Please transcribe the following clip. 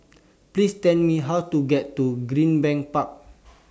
Please Tell Me How to get to Greenbank Park